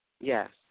Yes